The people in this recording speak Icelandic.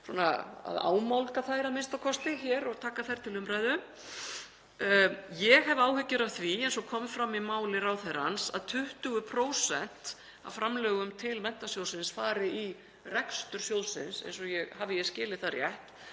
að ámálga þær a.m.k. hér og taka þær til umræðu. Ég hef áhyggjur af því, eins og kom fram í máli ráðherrans, að 20% af framlögum til Menntasjóðsins fari í rekstur sjóðsins, hafi ég skilið það rétt.